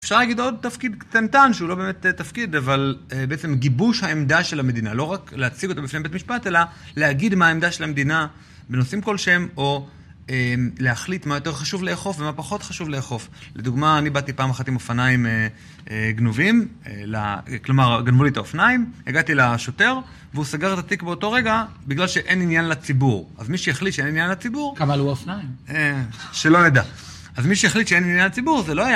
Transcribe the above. אפשר להגיד עוד תפקיד קטנטן, שהוא לא באמת תפקיד, אבל בעצם גיבוש העמדה של המדינה, לא רק להציג אותו בפנים בית המשפט, אלא להגיד מה העמדה של המדינה בנושאים כלשהם או להחליט מה יותר חשוב לאכוף ומה פחות חשוב לאכוף. לדוגמה, אני באתי פעם אחת עם אופניים גנובים, כלומר, גנבו לי את האופניים, הגעתי לשוטר, והוא סגר את התיק באותו רגע בגלל שאין עניין לציבור. אז מי שיחליט שאין עניין לציבור... כמה עלו אופניים? שלא ידע. אז מי החליט שאין עניין לציבור, זה לא היה...